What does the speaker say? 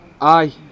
Aye